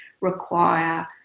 require